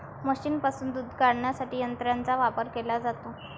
म्हशींपासून दूध काढण्यासाठी यंत्रांचा वापर केला जातो